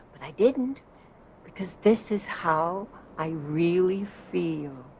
but i didn't because this is how i really feel.